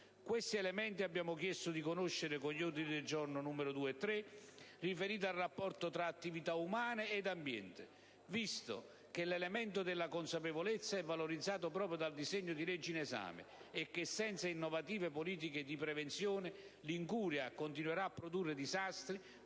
Questi elementi abbiamo chiesto di conoscere con gli ordini del giorno G2 e G3 - riferiti al rapporto tra attività umane ed ambiente - visto che l'elemento della consapevolezza è valorizzato proprio dal disegno di legge in esame e che senza innovative politiche di prevenzione l'incuria continuerà a produrre disastri